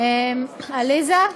עליזה?